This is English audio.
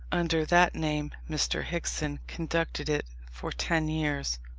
under that name mr. hickson conducted it for ten years,